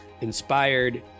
inspired